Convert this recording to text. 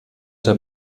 der